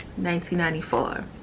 1994